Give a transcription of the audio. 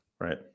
Right